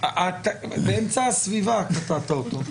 באמצע הסביבה קטעת אותו.